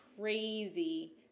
crazy